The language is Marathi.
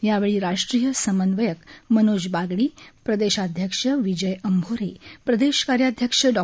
यावेळी राष्ट्रीय समन्वयक मनोज बागडी प्रदेशाध्यक्ष विजय अंभोरे प्रदेश कार्याध्यक्ष डॉ